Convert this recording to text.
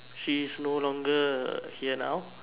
she is no longer here now